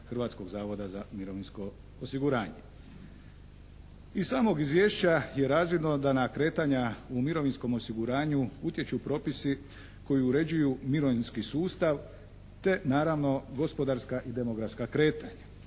Hrvatskog zavoda za mirovinsko osiguranje. Iz samog izvješća je razvidno da na kretanja u mirovinskom osiguranju utječu propisi koji uređuju mirovinski sustav te naravno gospodarska i demografska kretanja.